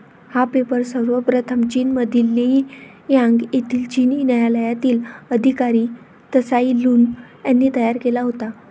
हा पेपर सर्वप्रथम चीनमधील लेई यांग येथील चिनी न्यायालयातील अधिकारी त्साई लुन यांनी तयार केला होता